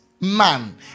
man